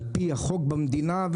על פי החוק במדינה,